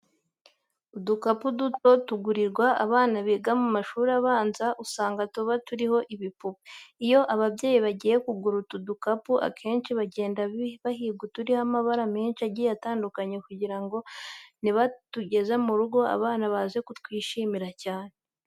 Udukapu duto tugurirwa abana biga mu mashuri abanza usanga tuba turiho ibipupe. Iyo ababyeyi bagiye kugura utu dukapu akenshi bagenda bahiga uturiho amabara menshi agiye atandukanye kugira ngo nibatugeza mu rugo abana baze kutwishimira cyane.